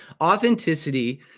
authenticity